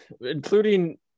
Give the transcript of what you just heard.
including –